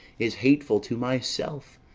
is hateful to myself,